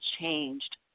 changed